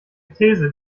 these